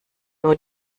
nur